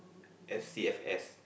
S_C_F_S